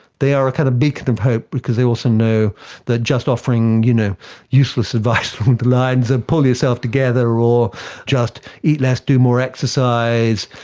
they are a kind of beacon of hope because they also know that just offering you know useless advice along the lines of pull yourself together or just eat less, do more exercise,